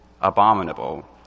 abominable